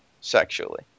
sexually